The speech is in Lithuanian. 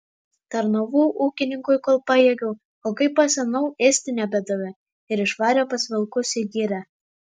tarnavau ūkininkui kol pajėgiau o kai pasenau ėsti nebedavė ir išvarė pas vilkus į girią